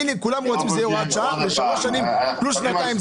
כולם רוצים שזה יהיה הוראת שעה לשלוש שנים פלוס שנתיים.